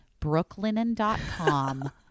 Brooklinen.com